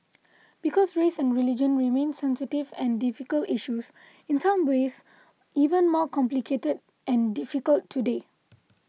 because race and religion remain sensitive and difficult issues in some ways even more complicated and difficult today